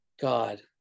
god